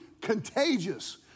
contagious